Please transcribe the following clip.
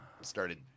started